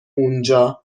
اونجا